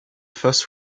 first